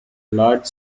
large